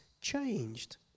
changed